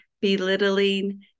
belittling